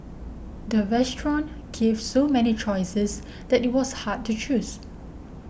the restaurant gave so many choices that it was hard to choose